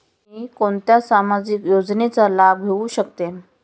मी कोणत्या सामाजिक योजनेचा लाभ घेऊ शकते?